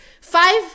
five